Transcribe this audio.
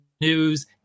news